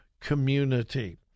community